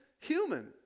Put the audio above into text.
human